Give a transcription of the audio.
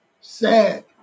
Sad